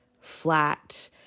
flat